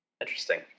Interesting